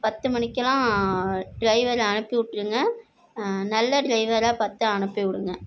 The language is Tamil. பத்து மணிக்குலாம் டிரைவர் அனுப்பிவிட்ருங்க நல்ல டிரைவராக பார்த்து அனுப்பிவிடுங்க